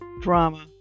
drama